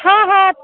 हँ हँ